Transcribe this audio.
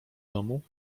domu